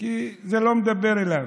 אדוני היושב-ראש, כי זה לא מדבר אליו,